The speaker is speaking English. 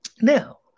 Now